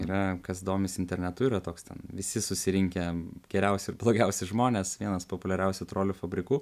yra kas domisi internetu yra toks ten visi susirinkę geriausi ir blogiausi žmonės vienas populiariausių trolių fabrikų